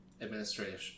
administrative